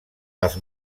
dels